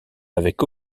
avec